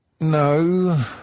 no